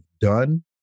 done